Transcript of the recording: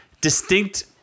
distinct –